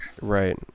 Right